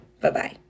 Bye-bye